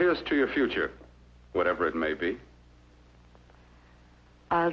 here's to your future whatever it maybe